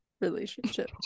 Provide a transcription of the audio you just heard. relationship